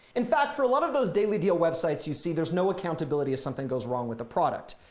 in fact for a lot of those daily deal websites, you see there's no accountability if something goes wrong with the product.